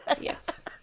Yes